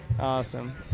Awesome